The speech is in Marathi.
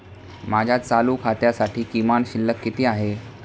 माझ्या चालू खात्यासाठी किमान शिल्लक किती आहे?